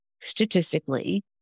statistically